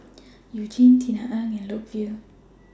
YOU Jin Tisa Ng and Loke Yew